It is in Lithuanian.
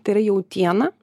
tai yra jautiena